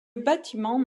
bâtiment